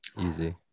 easy